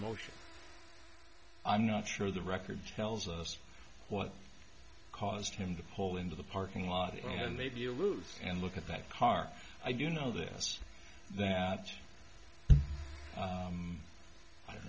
motion i'm not sure the record tells us what caused him to pull into the parking lot and maybe aloof and look at that hard i do know this that i don't